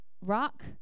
rock